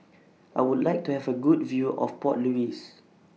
I Would like to Have A Good View of Port Louis